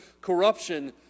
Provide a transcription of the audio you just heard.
corruption